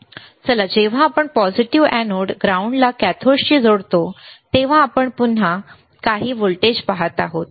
चला जेव्हा आपण पॉझिटिव्ह अॅनोड ग्राउंडला कॅथोडशी जोडतो तेव्हा आपण पुन्हा काही व्होल्टेज पाहत आहोत